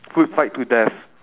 food fight to death